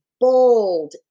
bold